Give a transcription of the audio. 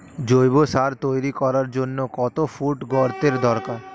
জৈব সার তৈরি করার জন্য কত ফুট গর্তের দরকার?